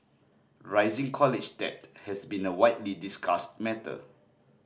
rising college debt has been a widely discussed matter